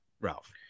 Ralph